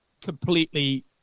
completely